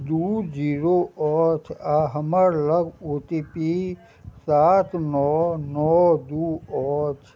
दू जीरो अछि आ हमर लग ओ टी पी सात नओ नओ दू अछि